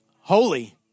Holy